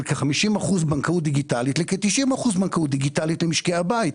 כ-50 אחוזים בנקאות דיגיטלית לכ-90 אחוזים בנקאות דיגיטלית במשקי הבית,